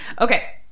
Okay